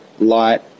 light